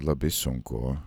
labai sunku